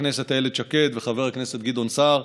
הכנסת איילת שקד וחבר הכנסת גדעון סער.